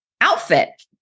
outfit